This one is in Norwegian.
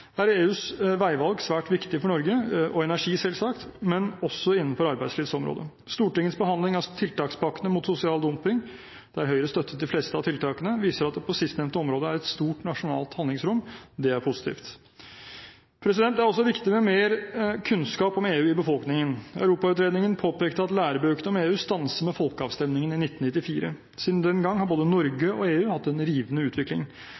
er EUs veivalg svært viktig for Norge, men også innenfor arbeidslivsområdet. Stortingets behandling av tiltakspakkene mot sosial dumping, der Høyre støttet de fleste av tiltakene, viser at det på sistnevnte område er et stort nasjonalt handlingsrom. Det er positivt. Det er også viktig med mer kunnskap om EU i befolkningen. Europautredningen påpekte at lærebøkene om EU stanser med folkeavstemningen i 1994. Siden den gang har både Norge og EU hatt en rivende utvikling.